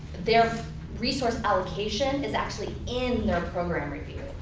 their resource allocation is actually in their program review.